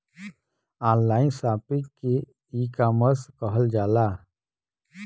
online shopping के ecommerce कहल जाला